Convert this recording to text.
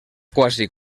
quasi